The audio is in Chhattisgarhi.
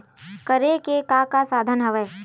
करे के का का साधन हवय?